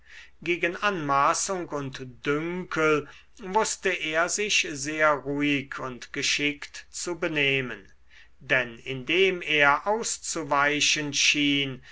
gegen anmaßung und dünkel wußte er sich sehr ruhig und geschickt zu benehmen denn indem er auszuweichen schien